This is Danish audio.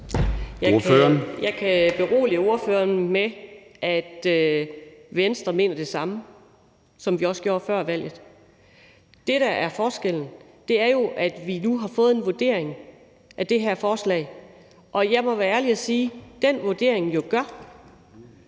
Jeg kan berolige ordføreren med, at Venstre mener det samme, som vi gjorde før valget. Det, der er forskellen, er jo, at vi nu har fået en vurdering af det her forslag. Og jeg må være ærlig og sige, at den vurdering gør,